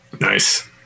nice